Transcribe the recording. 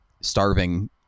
starving